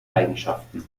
eigenschaften